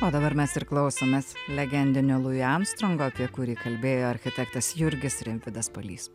o dabar mes ir klausomės legendinio lui armstrongo apie kurį kalbėjo architektas jurgis rimvydas palys